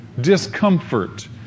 discomfort